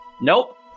Nope